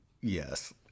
Yes